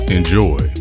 Enjoy